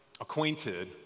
acquainted